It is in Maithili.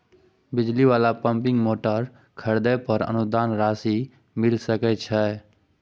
बिजली वाला पम्पिंग मोटर खरीदे पर अनुदान राशि मिल सके छैय?